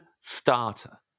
starter